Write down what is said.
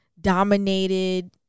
dominated